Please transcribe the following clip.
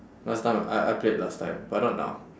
last time I I played last time but not now